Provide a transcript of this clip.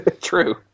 True